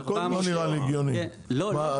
זה לא נראה לי הגיוני --- לא על כל